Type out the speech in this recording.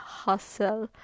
hustle